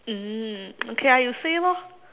mm okay ah you say lor